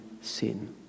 sin